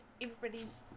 everybody's